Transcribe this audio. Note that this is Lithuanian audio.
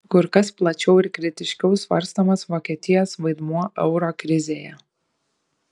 kur kas plačiau ir kritiškiau svarstomas vokietijos vaidmuo euro krizėje